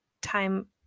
time